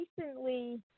recently